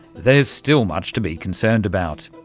there's still much to be concerned about.